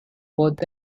fourth